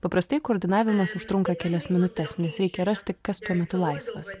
paprastai koordinavimas užtrunka kelias minutes nes reikia rasti kas tuo metu laisvas